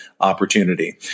opportunity